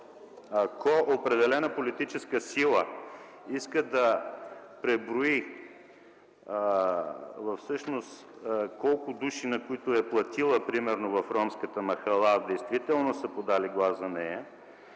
ако определена политическа сила иска да преброи всъщност колко души, на които е платила, примерно в ромската махала, действително са подали глас за нея,